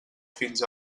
fins